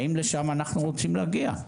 האם לשם אנחנו רוצים להגיע?